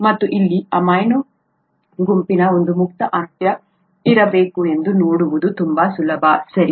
ಮತ್ತು ಇಲ್ಲಿ ಅಮೈನೋ ಗುಂಪಿನ ಒಂದು ಮುಕ್ತ ಅಂತ್ಯ ಇರಬೇಕು ಎಂದು ನೋಡುವುದು ತುಂಬಾ ಸುಲಭ ಸರಿ